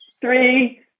Three